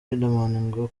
ngo